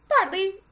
partly